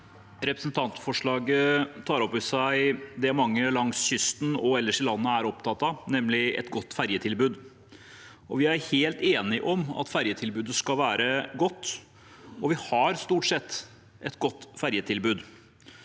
Representant- forslaget tar opp noe som mange langs kysten og ellers i landet er opptatt av, nemlig et godt ferjetilbud. Vi er helt enige om at ferjetilbudet skal være godt, og vi har stort sett et godt ferjetilbud.